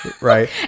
Right